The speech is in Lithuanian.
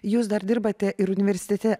jūs dar dirbate ir universitete